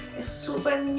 super